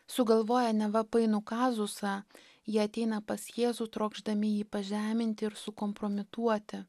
sugalvoję neva painų kazusą jie ateina pas jėzų trokšdami jį pažeminti ir sukompromituoti